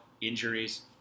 Injuries